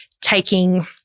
taking